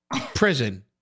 prison